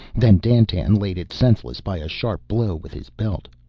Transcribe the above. then dandtan laid it senseless by a sharp blow with his belt.